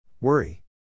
Worry